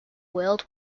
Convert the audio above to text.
world